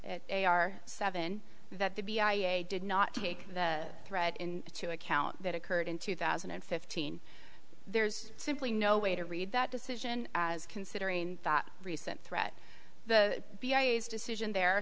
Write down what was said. are seven that the b i a did not take the threat in to account that occurred in two thousand and fifteen there's simply no way to read that decision as considering that recent threat the b a s decision there